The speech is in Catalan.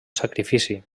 sacrifici